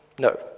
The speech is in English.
No